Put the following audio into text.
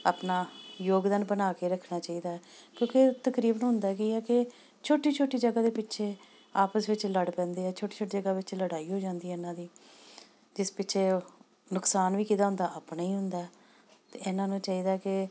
ਆਪਣਾ ਯੋਗਦਾਨ ਬਣਾ ਕੇ ਰੱਖਣਾ ਚਾਹੀਦਾ ਹੈ ਕਿਉਂਕਿ ਤਕਰੀਬਨ ਹੁੰਦਾ ਕੀ ਹੈ ਕਿ ਛੋਟੀ ਛੋਟੀ ਜਗ੍ਹਾ ਦੇ ਪਿੱਛੇ ਆਪਸ ਵਿੱਚ ਲੜ ਪੈਂਦੇ ਆ ਛੋਟੀ ਛੋਟੀ ਜਗ੍ਹਾ ਪਿੱਛੇ ਲੜਾਈ ਹੋ ਜਾਂਦੀ ਆ ਇਹਨਾਂ ਦੀ ਜਿਸ ਪਿੱਛੇ ਨੁਕਸਾਨ ਵੀ ਕਿਹਦਾ ਹੁੰਦਾ ਆਪਣਾ ਹੀ ਹੁੰਦਾ ਇਹਨਾਂ ਨੂੰ ਚਾਹੀਦਾ ਕਿ